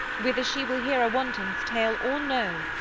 whither she will hear a wanton's tale or no,